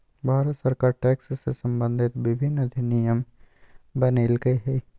भारत सरकार टैक्स से सम्बंधित विभिन्न अधिनियम बनयलकय हइ